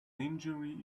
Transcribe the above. injury